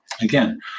Again